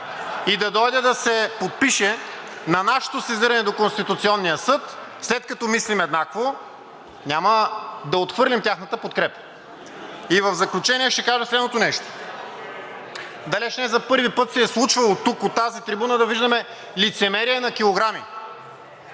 и да дойде да се подпише на нашето сезиране до Конституционния съд. След като мислим еднакво, няма да отхвърлим тяхната подкрепа. В заключение ще кажа следното нещо – далеч не за първи път се е случвало тук от тази трибуна да виждаме лицемерие на килограми.